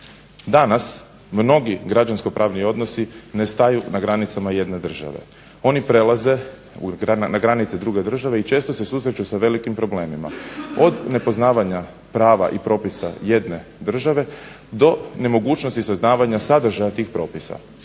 Danas mnogi građansko pravni odnosi ne staju na granicama jedne države. Oni prelaze na granice druge države i često se susreću sa velikim problemima. Od nepoznavanja prava i propisa jedne države do nemogućnosti saznavanja sadržaja tih propisa.